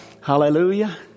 Hallelujah